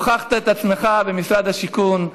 הוכחת את עצמך במשרד השיכון.